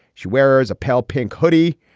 she wears a pale pink hoodie.